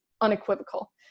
unequivocal